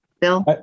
Bill